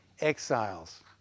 exiles